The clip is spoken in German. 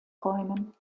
räumen